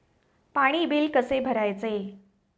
पाणी बिल कसे भरायचे?